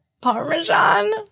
parmesan